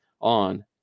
on